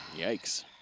Yikes